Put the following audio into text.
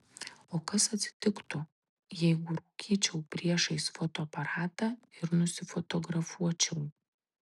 o kas atsitiktų jeigu rūkyčiau priešais fotoaparatą ir nusifotografuočiau